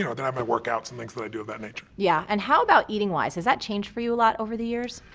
you know then i might work out, some things that i do of that nature. yeah. and how about eating wise? has that changed for you a lot over the years?